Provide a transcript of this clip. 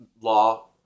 law